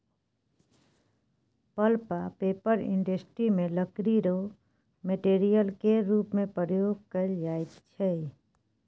pulp आ paper industry मे लकड़ी राँ मेटेरियल केर रुप मे प्रयोग कएल जाइत छै